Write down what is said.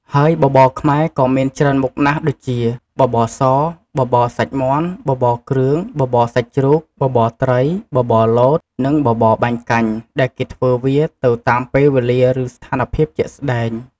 ហើយបបរខ្មែរក៏មានច្រើនមុខណាស់ដូចជា បបរស បបរសាច់មាន់ បបរគ្រឿង បបរសាច់ជ្រូក បបរត្រី បបរលត និងបបរបាញ់កាញ់ ដែលគេធ្វើវាទៅតាមពេលវេលាឬស្ថានភាពជាក់ស្តែង។